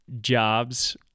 jobs